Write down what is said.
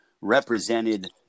represented